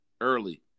early